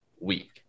week